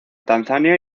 tanzania